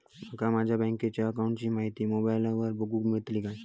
माका माझ्या बँकेच्या अकाऊंटची माहिती मोबाईलार बगुक मेळतली काय?